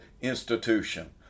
institution